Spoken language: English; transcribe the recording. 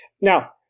Now